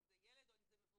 אם זה ילד או אם מבוגר.